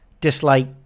dislike